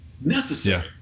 necessary